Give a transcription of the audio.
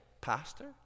pastor